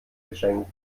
geschenk